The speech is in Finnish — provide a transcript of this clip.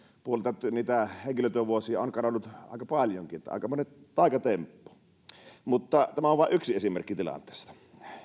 puolelta henkilötyövuosia on kadonnut aika paljonkin aikamoinen taikatemppu tämä on vain yksi esimerkki tilanteesta